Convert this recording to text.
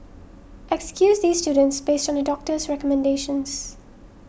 excuse these students based on a doctor's recommendations